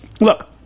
look